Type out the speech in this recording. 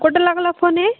कुठं लागला फोन हे